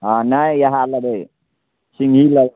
हँ नहि इहए लेबै सिङ्गघी लऽ